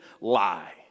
lie